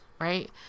right